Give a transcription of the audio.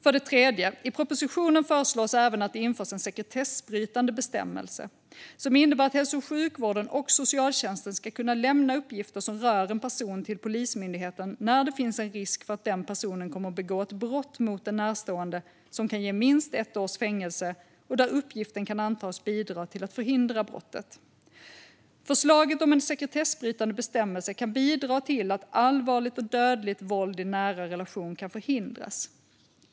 För det tredje: I propositionen föreslås även att det införs en sekretessbrytande bestämmelse som innebär att hälso och sjukvården och socialtjänsten ska kunna lämna uppgifter som rör en person till Polismyndigheten när det finns en risk för att den personen kommer att begå ett brott mot en närstående som kan ge minst ett års fängelse och där uppgiften kan antas bidra till att förhindra brottet. Förslaget om en sekretessbrytande bestämmelse kan bidra till att allvarligt och dödligt våld i nära relation kan förhindras.